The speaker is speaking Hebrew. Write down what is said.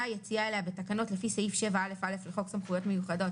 היציאה אליה בתקנות לפי סעיף 7 א' א' לחוק סמכויות מיוחדות